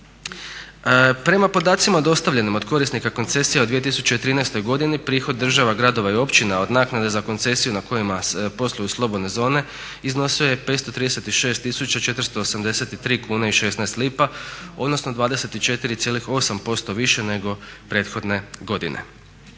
Prema podacima dostavljenim od korisnika koncesija u 2013. godini prihod država, gradova i općina od naknade za koncesiju na kojima posluju slobodne zone iznosio je 536 tisuća 483 kune i 16 lipa, odnosno 24,8% više nego prethodne godine.